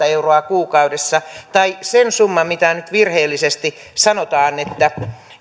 euroa kuukaudessa tai sen summan mitä nyt virheellisesti sanotaan että